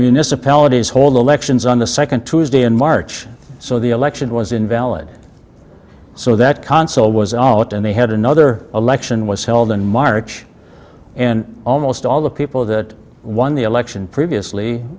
municipalities hold elections on the second tuesday in march so the election was invalid so that console was all it and they had another election was held in march and almost all the people that won the election previously